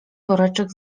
woreczek